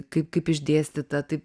kaip kaip išdėstyta taip